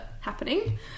happening